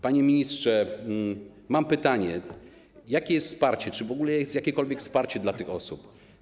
Panie ministrze, mam pytanie: Jakie jest wsparcie, czy w ogóle jest jakiekolwiek wsparcie dla tych osób?